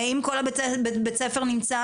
אם כל בית הספר נמצא